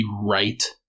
right